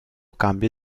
cambio